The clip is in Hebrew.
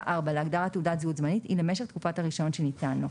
(4) להגדרה "תעודת זהות זמנית" היא למשך תקופת הרישיון שניתן לו".